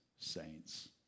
saints